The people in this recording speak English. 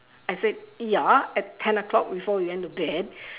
I said ya at ten o-clock before we went to bed